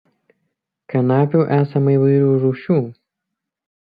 kanapių esama įvairių rūšių